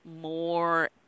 more